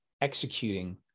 executing